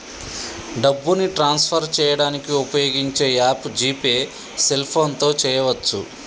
డబ్బుని ట్రాన్స్ఫర్ చేయడానికి ఉపయోగించే యాప్ జీ పే సెల్ఫోన్తో చేయవచ్చు